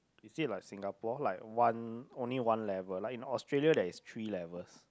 you see like Singapore like one only one level like in Australia there is three levels